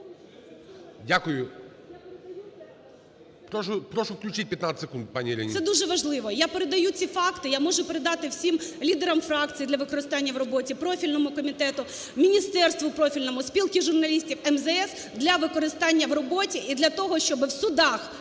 Дякую. Прошу, включіть 15 секунд пані Ірині.